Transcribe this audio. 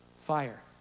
fire